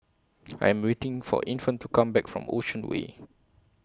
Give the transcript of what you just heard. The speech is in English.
I Am waiting For Infant to Come Back from Ocean Way